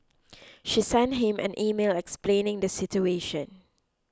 she sent him an email explaining the situation